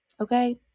okay